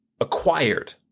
acquired